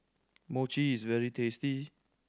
mochi is very tasty